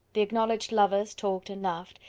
the acknowledged lovers talked and laughed,